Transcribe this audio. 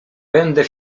będę